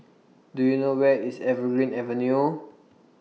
Do YOU know Where IS Evergreen Avenue